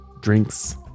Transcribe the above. drinks